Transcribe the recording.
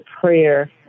prayer